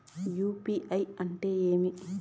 UPI అంటే ఏమి?